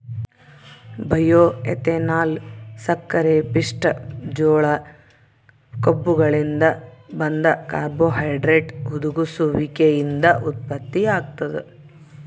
bioethanol ಸಕ್ಕರೆಪಿಷ್ಟ ಜೋಳ ಕಬ್ಬುಗಳಿಂದ ಬಂದ ಕಾರ್ಬೋಹೈಡ್ರೇಟ್ ಹುದುಗುಸುವಿಕೆಯಿಂದ ಉತ್ಪತ್ತಿಯಾಗ್ತದ